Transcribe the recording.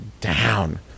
down